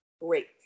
great